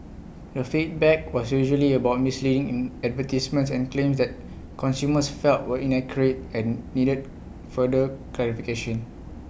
the feedback was usually about misleading advertisements and claims that consumers felt were inaccurate and needed further clarification